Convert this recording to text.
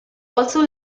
also